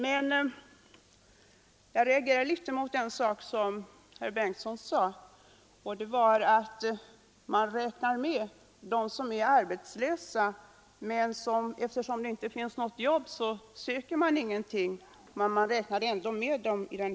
Men jag reagerar litet mot en sak som herr Bengtsson sade när han talade om att man i den ena undersökningen räknat med dem som är arbetslösa men som inte söker något jobb därför att det inte finns något att få.